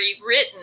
rewritten